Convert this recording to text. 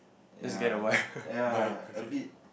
let's get a wife by okay